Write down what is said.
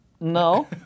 No